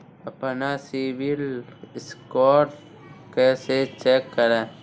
अपना CIBIL score कैसे check करें?